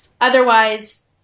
Otherwise